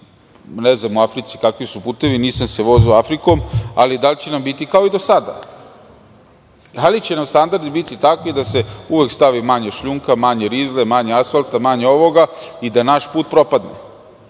ne znam kakvi su putevi u Africi, nisam se vozio Afrikom, ali da li će nam biti kao i do sada? Da li će nam standardi biti takvi da se uvek stavi manje šljunka, manje rizle, manje asfalta i da naš put propadne? Konačno,